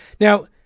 Now